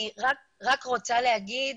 אני רק רוצה להגיד